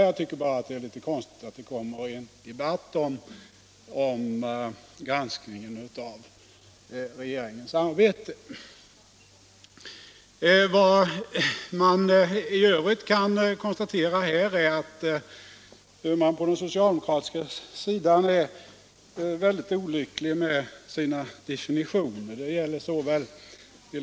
Jag tycker bara att det är litet konstigt att det kommer i en debatt om granskningen av regeringens arbete. I övrigt kan konstateras att man på den socialdemokratiska sidan är väldigt olycklig med sina definitioner.